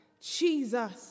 Jesus